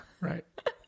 Right